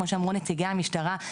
כמו שאמרו נציגי המשטרה,